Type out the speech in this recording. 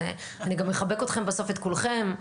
אני גם אחבק בסוף את כולכם,